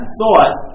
thought